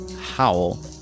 howl